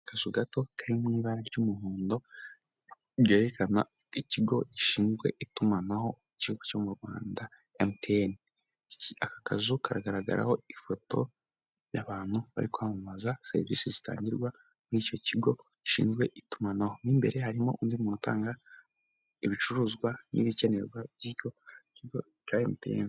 Akazu gato kari mu ibara ry'umuhondo ryerekana ikigo gishinzwe itumanahogo cyo mu Rwanda, antene, aka kazu karagaragaraho ifoto y'abantu bari kwamamaza serivisi zitangirwa muri icyo kigo gishinzwe itumanaho, imbere harimo undi muntu utanga ibicuruzwa n'ibikenerwa by'icyo kigo cya MTN.